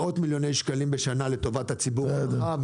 מיליוני שקלים בשנה לטובת הציבור הרחב,